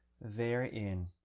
therein